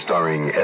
Starring